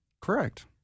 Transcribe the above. Correct